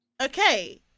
Okay